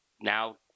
now